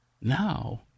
now